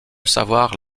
savoir